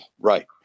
right